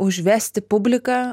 užvesti publiką